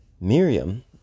Miriam